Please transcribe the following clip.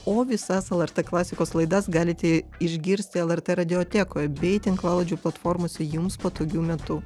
o visas lrt klasikos laidas galite išgirsti lrt radiotekoj bei tinklalaidžių platformose jums patogiu metu